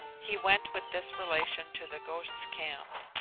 he went with this relation to the ghosts' camp.